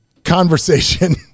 Conversation